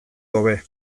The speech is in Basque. hobe